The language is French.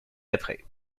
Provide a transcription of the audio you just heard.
après